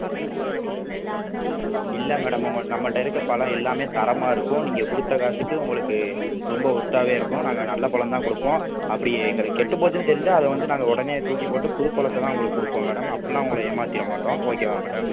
ம் இல்லை மேடம் உங்கள் நம்மள்கிட்ட இருக்கற பழம் எல்லாமே தரமாக இருக்கும் நீங்கள் கொடுத்த காசுக்கு உங்களுக்கு ரொம்ப ஒர்த்தாகவே இருக்கும் நாங்கள் நல்ல பழம் தான் கொடுப்போம் அப்படி எங்களுக்குக் கெட்டுப் போச்சுனு தெரிஞ்சால் அதை வந்து நாங்கள் உடனே தூக்கிப் போட்டு புது பழத்தை தான் உங்களுக்குக் கொடுப்போம் மேடம் அப்படிலாம் உங்களை ஏமாற்றிட மாட்டோம் ஓகேவா மேடம்